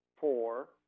four